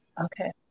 Okay